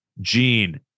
Gene